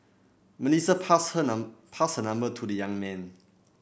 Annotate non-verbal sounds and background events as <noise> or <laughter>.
Melissa passed her <unintelligible> pass her number to the young man